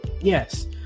yes